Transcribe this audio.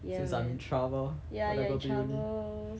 seems I'm in trouble when I go to uni